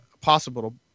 possible